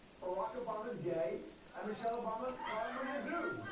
barack obama's gay and michelle obama is